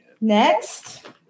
Next